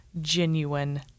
genuine